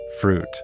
fruit